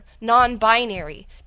non-binary